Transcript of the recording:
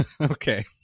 Okay